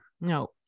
No